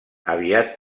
aviat